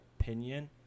opinion